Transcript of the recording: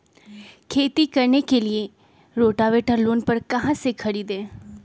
खेती करने के लिए रोटावेटर लोन पर कहाँ से खरीदे?